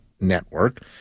network